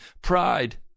pride